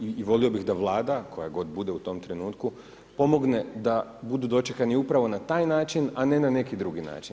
I volio bih da Vlada koja god bude u tom trenutku pomogne da budu dočekani upravo na taj način, a ne na neki drugi način.